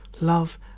love